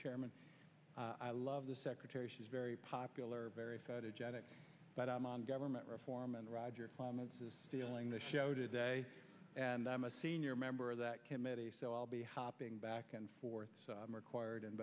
chairman i love the secretary she's very popular very photogenic but i i'm on government reform and roger is feeling the show today and i'm a senior member of that committee so i'll be hopping back and forth so i'm required in